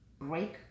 break